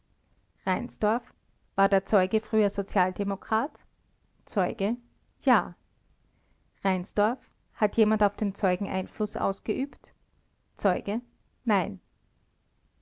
reinsdorf war der zeuge früher sozialdemokrat zeuge ja reinsdorf hat jemand auf den zeugen einfluß ausgeübt zeuge nein